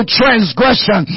transgression